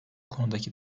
konudaki